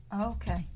Okay